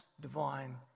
divine